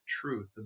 truth